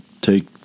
take